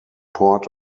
port